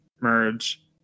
merge